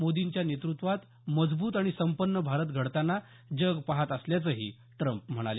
मोदींच्या नेतृत्वात मजबूत आणि संपन्न भारत घडताना जग पाहत असल्याचंही ते म्हणाले